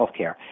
healthcare